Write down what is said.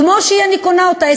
כמו שהיא, אני קונה אותה.